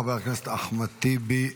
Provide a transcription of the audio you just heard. חבר הכנסת אחמד טיבי,